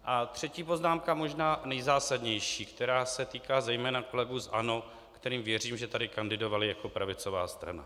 A třetí poznámka, možná nejzásadnější, která se týká zejména kolegů z ANO, kterým věřím, že tady kandidovali jako pravicová strana.